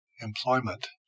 employment